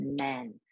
amen